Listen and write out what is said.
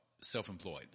self-employed